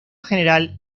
general